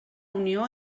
unió